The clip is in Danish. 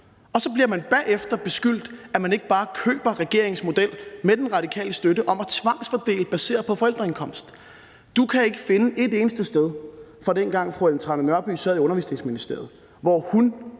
Så bliver man bagefter beskyldt for, at man ikke bare køber regeringens model med den radikale støtte om at tvangsfordele baseret på forældreindkomst. Ordføreren kan ikke finde et eneste sted fra dengang, hvor fru Ellen Trane Nørby sad i Undervisningsministeriet, hvor hun